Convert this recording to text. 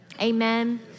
Amen